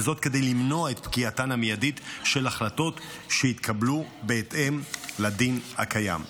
וזאת כדי למנוע את פקיעתן המיידית של החלטות שהתקבלו בהתאם לדין הקיים.